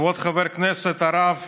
כבוד חבר הכנסת הרב